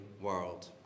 world